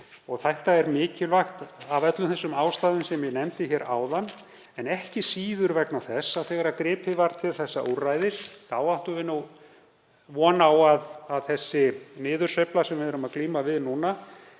Þetta er mikilvægt af öllum þeim ástæðum sem ég nefndi hér áðan en ekki síður vegna þess að þegar gripið var til þessa úrræðis áttum við von á að sú niðursveifla sem við erum að glíma við núna